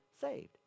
saved